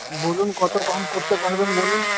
বলুন কত কম করতে পারবেন বলুন